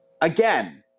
Again